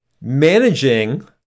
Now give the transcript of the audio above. managing